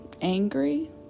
angry